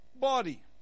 body